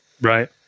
Right